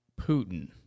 Putin